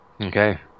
Okay